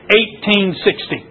1860